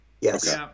Yes